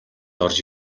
орж